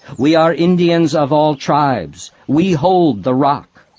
we are indians of all tribes! we hold the rock!